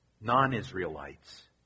non-Israelites